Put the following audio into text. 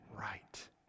right